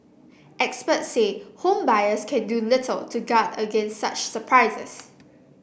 experts say home buyers can do little to guard against such surprises